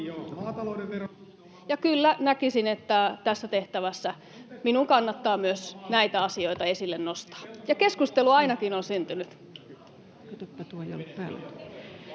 Ja kyllä, näkisin, että tässä tehtävässä minun kannattaa myös näitä asioita esille nostaa. Keskustelua ainakin on syntynyt.